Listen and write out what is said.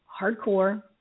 hardcore